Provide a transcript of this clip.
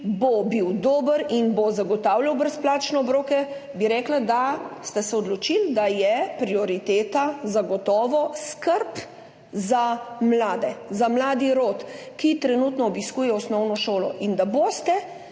ki bo dober in bo zagotavljal brezplačne obroke, bi rekla, da ste se odločili, da je prioriteta zagotovo skrb za mlade, za mladi rod, ki trenutno obiskuje osnovno šolo, in da boste